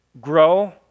Grow